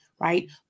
right